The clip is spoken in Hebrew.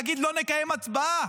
להגיד: לא נקיים הצבעה.